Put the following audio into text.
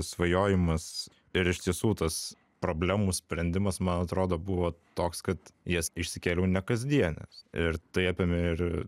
svajojimas ir iš tiesų tas problemų sprendimas man atrodo buvo toks kad jas išsikėliau nekasdienes ir tai apėmė ir